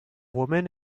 woman